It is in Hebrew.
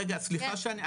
רגע סליחה שאני,